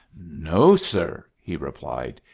no, sir, he replied.